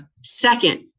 Second